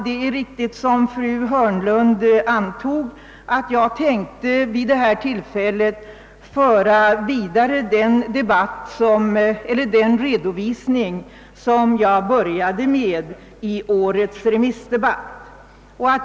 Det är riktigt som fru Hörnlund antog att jag vid detta tillfälle tänkte fortsätta den redovisning som jag började i årets remissdebatt.